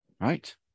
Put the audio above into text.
right